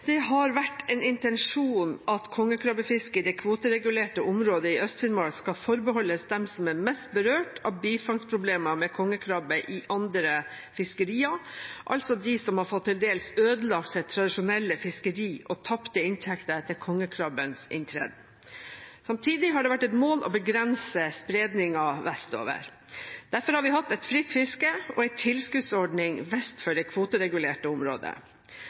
Det har vært en intensjon at kongekrabbefisket i det kvoteregulerte området i Øst-Finnmark skal forbeholdes dem som er mest berørt av bifangstproblemer med kongekrabbe i andre fiskerier, altså dem som har fått til dels ødelagt sitt tradisjonelle fiskeri og tapte inntekter etter kongekrabbens inntreden. Samtidig har det vært et mål å begrense spredningen vestover. Derfor har vi hatt et fritt fiske og en tilskuddsordning vest for det kvoteregulerte området.